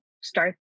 start